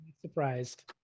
surprised